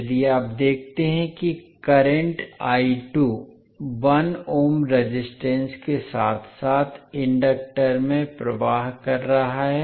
यदि आप देखते हैं कि करंट 1 ओम रेजिस्टेंस के साथ साथ इंडक्टर प्रवाह कर रहा है